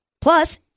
Plus